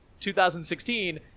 2016